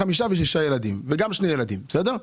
חמישה ושישה ילדים וגם עם שני ילדים בסדר?